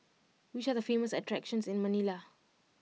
which are the famous attractions in Manila